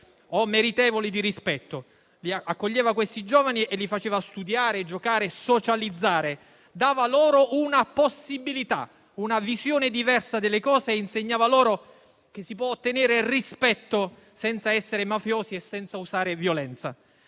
o meritevoli di rispetto. Accoglieva questi giovani e li faceva studiare, giocare e socializzare, dava loro una possibilità e una visione diversa delle cose e insegnava loro che si può ottenere il rispetto senza essere mafiosi e senza usare violenza.